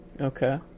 Okay